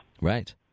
Right